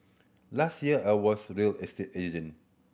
last year I was real estate agent